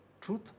truth